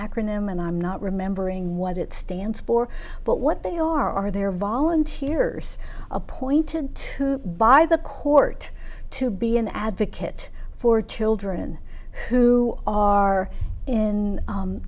acronym and i'm not remembering what it stands for but what they are are there volunteers appointed to by the court to be an advocate for children who are in